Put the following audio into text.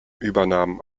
übernahmen